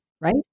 right